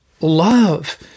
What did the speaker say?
love